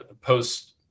post